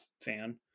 fan